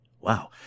Wow